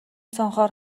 цонхоор